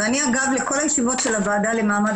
ואני אגב לכל הישיבות של הוועדה למעמד